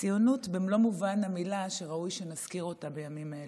ציונות במלוא מובן המילה שראוי שנזכיר אותה בימים אלה.